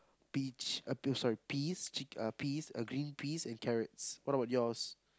peach uh p~ sorry peas chick uh peas agree peas and carrots what about yours